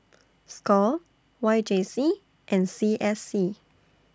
SCORE Y J C and C S C